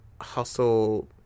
hustle